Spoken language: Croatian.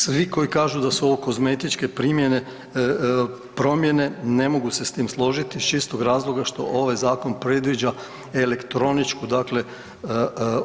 Svi koji kažu da su ovo kozmetičke primjene, promjene, ne mogu se s tim složiti iz čistog razloga što ovaj zakon predviđa elektroničku, dakle